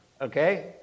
Okay